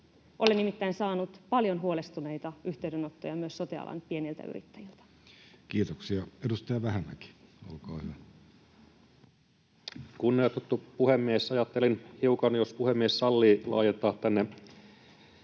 Olen nimittäin saanut paljon huolestuneita yhteydenottoja myös sote-alan pieniltä yrittäjiltä. Kiitoksia. — Edustaja Vähämäki, olkaa hyvä. Kunnioitettu puhemies! Ajattelin hiukan, jos puhemies sallii, laajentaa